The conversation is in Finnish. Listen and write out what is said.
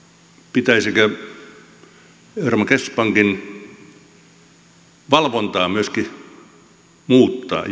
pitäisikö myöskin euroopan keskuspankin valvontaa muuttaa